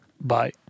bye